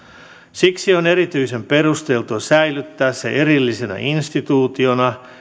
siksi on erityisen perusteltua säilyttää se erillisenä instituutiona